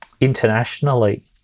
internationally